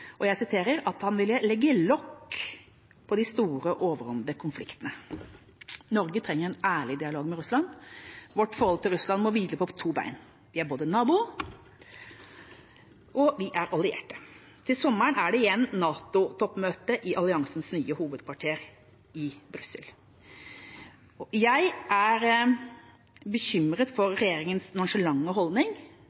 vil jeg også oppfordre utenriksministeren til ikke å gjøre som hennes kollega fiskeriministeren da han sommeren 2016 – som den første norske statsråd – besøkte Russland etter Krim-annekteringen. Da uttalte han at han ville «legge litt lokk på de store overordnede konfliktene». Norge trenger en ærlig dialog med Russland. Vårt forhold til Russland må hvile på to bein: Vi er både nabo og alliert. Til